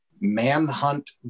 Manhunt